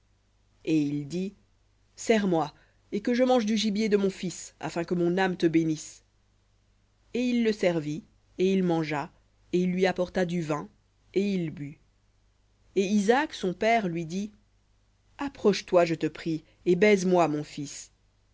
et il dit sers moi et que je mange du gibier de mon fils afin que mon âme te bénisse et il le servit et il mangea et il lui apporta du vin et il but et isaac son père lui dit approche-toi je te prie et baise moi mon fils